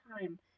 time